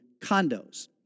condos